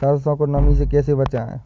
सरसो को नमी से कैसे बचाएं?